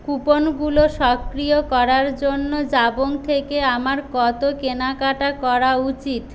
কুপনগুলো সক্রিয় করার জন্য জাবং থেকে আমার কত কেনাকাটা করা উচিত